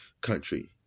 country